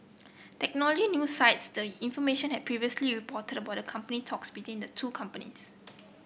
technology new site the information had previously reported about the company talks between the two companies